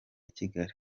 kigali